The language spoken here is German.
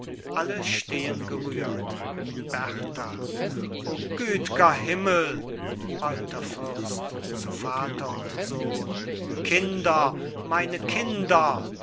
alle stehen gerührt berta o güt'ger himmel walther fürst zu vater und sohn kinder meine kinder